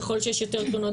ככל שיש יותר תלונות,